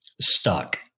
stuck